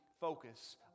focus